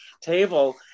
table